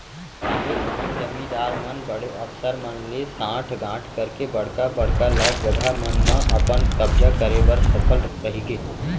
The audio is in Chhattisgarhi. काहेच झन जमींदार मन बड़े अफसर मन ले सांठ गॉंठ करके बड़का बड़का ल जघा मन म अपन कब्जा करे बर सफल रहिगे